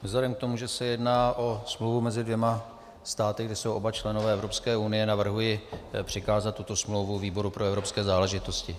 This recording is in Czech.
Vzhledem k tomu, že se jedná o smlouvu mezi dvěma státy, kde jsou oba členové Evropské unie, navrhuji přikázat tuto smlouvu výboru pro evropské záležitosti.